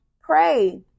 pray